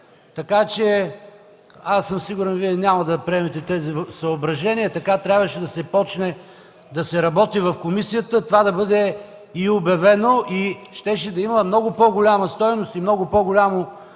подредба. Аз съм сигурен, че Вие няма да приемете тези съображения. Така трябваше да се започне да се работи в комисията. Това да бъде и обявено, и щеше да има много по-голяма стойност и много по-голямо